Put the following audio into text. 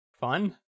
fun